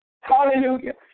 Hallelujah